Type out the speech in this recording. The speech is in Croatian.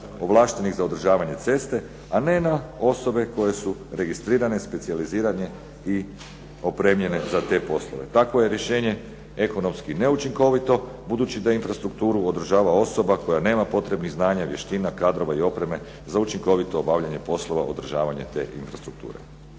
ovlaštenih za održavanje ceste, a ne na osobe koje su registrirane, specijalizirane i opremljene za te poslove. Takvo je rješenje ekonomski neučinkovito budući da infrastrukturu održava osoba koja nema potrebnih znanja, vještina, kadrova i opreme za učinkovito obavljanje poslova održavanja te infrastrukture.